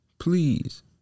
Please